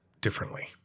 differently